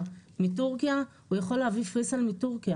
מתורכיה הוא יכול להביא פרי-סייל מתורכיה.